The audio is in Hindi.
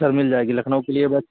सर मिल जाएगी लखनऊ के लिए बस